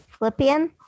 Flippian